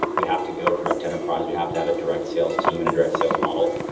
we have to go direct enterprise. we have to have a direct sales team and a direct sales model.